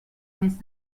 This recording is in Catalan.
més